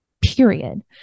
period